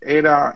era